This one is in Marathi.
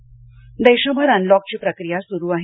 पर्यटन देशभर अनलॉकची प्रक्रिया सुरू आहे